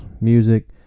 music